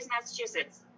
Massachusetts